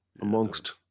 amongst